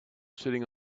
sitting